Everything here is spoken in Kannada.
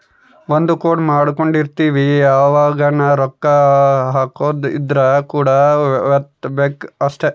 ಒಂದ ಕೋಡ್ ಮಾಡ್ಕೊಂಡಿರ್ತಿವಿ ಯಾವಗನ ರೊಕ್ಕ ಹಕೊದ್ ಇದ್ರ ಕೋಡ್ ವತ್ತಬೆಕ್ ಅಷ್ಟ